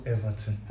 Everton